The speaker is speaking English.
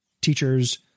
teachers